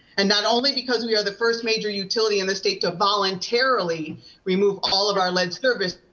and not only because we are the first major utility in the state to voluntarily remove all of our lead services,